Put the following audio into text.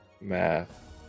Math